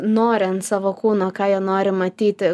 nori ant savo kūno ką jie nori matyti